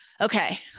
okay